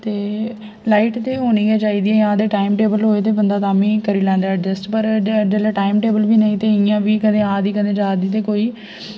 ते लाइट ते होनी गै चाहिदी जां ते टाइम टेबल होग ते बंदा तां बी करी लैंदा एडजस्ट पर जेल्लै टाइम टेबल बी नेईं ते इ'यां बी कदें आ दी कदें जां दी ते कोई